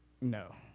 No